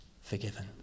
forgiven